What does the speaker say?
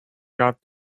got